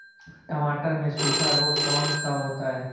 टमाटर में सूखा रोग कौन सा होता है?